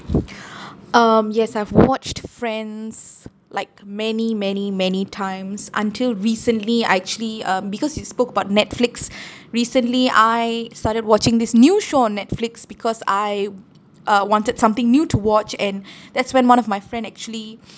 um yes I've watched friends like many many many times until recently I actually uh because you spoke about netflix recently I started watching this new show on netflix because I uh wanted something new to watch and that's when one of my friend actually